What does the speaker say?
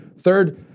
Third